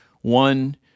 one